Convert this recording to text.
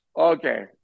Okay